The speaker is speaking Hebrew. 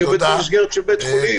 אני עובד במסגרת של בית חולים.